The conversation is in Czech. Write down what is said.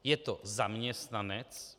Je to zaměstnanec?